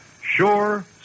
sure